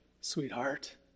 sweetheart